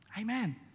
Amen